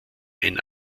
ein